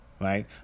right